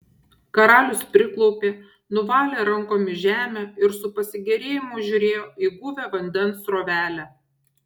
karalius priklaupė nuvalė rankomis žemę ir su pasigėrėjimu žiūrėjo į guvią vandens srovelę